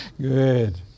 good